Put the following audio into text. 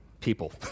people